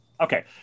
okay